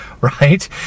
right